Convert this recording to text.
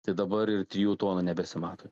tai dabar ir trijų tonų nebesimato